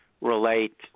relate